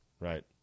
Right